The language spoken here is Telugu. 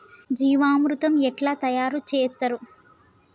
జీవామృతం ఎట్లా తయారు చేత్తరు?